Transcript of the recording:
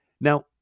Now